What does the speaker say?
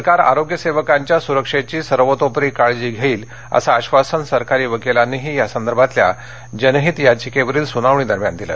सरकार आरोग्य सेवकांच्या सुरक्षेची सर्वतोपरी काळजी घेईल असं आश्वासन सरकारी वकीलांनीही या संदर्भातल्या जनहित याचिकेवरील सुनावणी दरम्यान दिलं